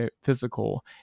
physical